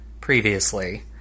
previously